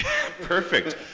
Perfect